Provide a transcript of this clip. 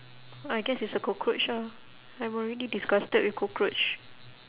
I guess it's a cockroach ah I'm already disgusted with cockroach